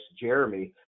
Jeremy